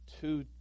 Two